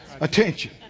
attention